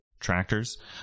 tractors